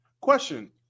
Question